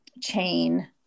chain